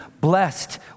blessed